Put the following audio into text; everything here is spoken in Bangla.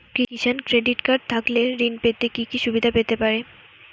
কিষান ক্রেডিট কার্ড থাকলে ঋণ পেতে কি কি সুবিধা হতে পারে?